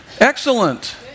Excellent